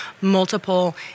multiple